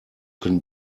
können